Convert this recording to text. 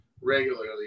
regularly